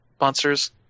monsters